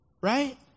right